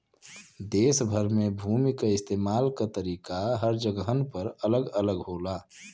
देस भर में भूमि क इस्तेमाल क तरीका हर जगहन पर अलग अलग होला